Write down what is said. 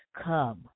Come